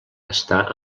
està